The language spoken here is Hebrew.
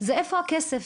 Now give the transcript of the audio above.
היא איפה הכסף.